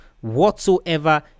whatsoever